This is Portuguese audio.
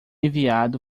enviado